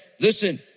listen